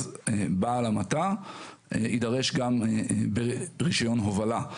אז בעל המטע יידרש גם ברישיון הובלה.